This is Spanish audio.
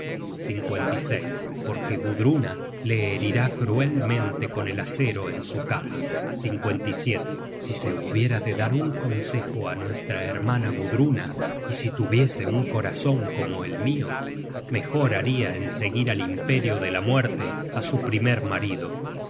su vida porque gudruna le herirá cruelmente con el acero en su cama si se hubiera de dar un consejo á nuestra hermana gudruna y si tuviese un corazon como el mio mejor haria en seguir al imperio de la muerte á su primer marido